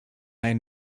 ein